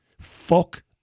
Fuck